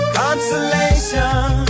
consolation